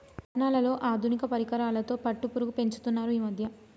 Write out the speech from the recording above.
పట్నాలలో ఆధునిక పరికరాలతో పట్టుపురుగు పెంచుతున్నారు ఈ మధ్య